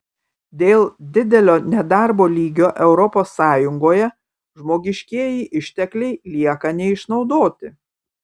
dėl didelio nedarbo lygio europos sąjungoje žmogiškieji ištekliai lieka neišnaudoti